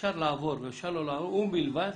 אפשר לעבור ואפשר לא לעבור ובלבד